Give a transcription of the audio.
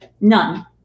None